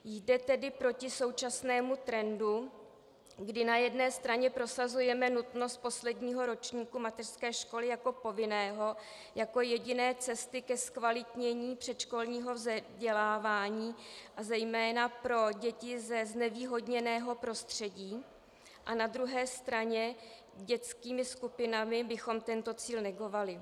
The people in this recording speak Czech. Jde tedy proti současnému trendu, kdy na jedné straně prosazujeme nutnost posledního ročníku mateřské školy jako povinného, jako jediné cesty ke zkvalitnění předškolního vzdělávání a zejména pro děti ze znevýhodněného prostředí, a na druhé straně dětskými skupinami bychom tento cíl negovali.